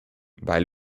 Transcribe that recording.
bei